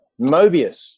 Mobius